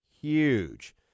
huge